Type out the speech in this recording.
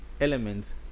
elements